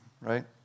right